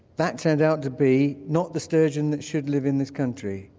that turned out to be not the sturgeon that should live in this country.